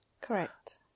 Correct